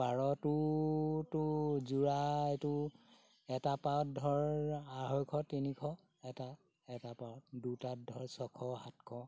পাৰটোতো যোৰা এইটো এটা পাৰত ধৰ আঢ়ৈশ তিনিশ এটা এটা পাৰত দুটাত ধৰ ছশ সাতশ